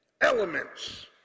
elements